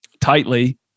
tightly